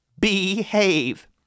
behave